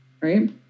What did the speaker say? right